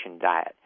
diet